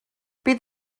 bydd